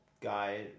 guy